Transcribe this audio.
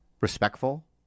Respectful